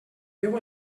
beu